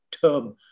term